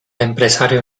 empresario